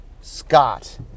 Scott